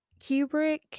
Kubrick